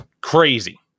Crazy